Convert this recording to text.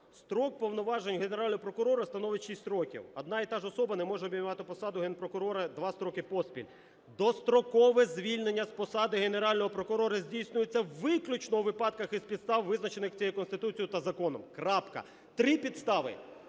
Строк повноваження Генерального прокурора становить 6 років. Одна і так ж особа не може обіймати посаду Генпрокурора два строки поспіль. Дострокове звільнення з посади Генерального прокурора здійснюється виключно у випадках і з підстав визначених цією Конституцією та законом". Крапка. Три підстави: